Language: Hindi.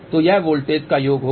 तो यह वोल्टेज का योग होगा